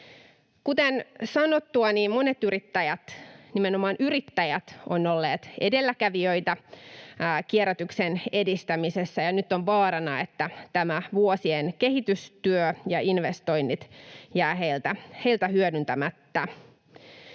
Kuten sanottua, monet yrittäjät — nimenomaan yrittäjät — ovat olleet edelläkävijöitä kierrätyksen edistämisessä, ja nyt on vaarana, että vuosien kehitystyö ja investoinnit jäävät heiltä hyödyntämättä.